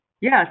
Yes